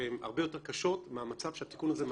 שהן הרבה יותר קשות מהמצב שהתיקון הזה מאפשר,